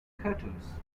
cartoons